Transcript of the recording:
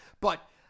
But-